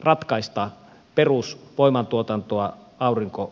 ratkaista perusvoiman tuotantoa aurinkoenergialla